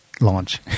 launch